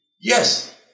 Yes